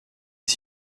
mes